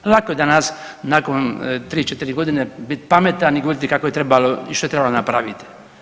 Lako je danas nakon 3-4.g. bit pametan i govoriti kako je trebalo i što je trebalo napraviti.